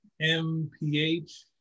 MPH